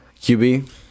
QB